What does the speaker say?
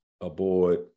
aboard